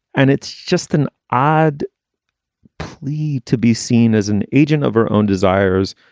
and it's just an odd plea to be seen as an agent of her own desires,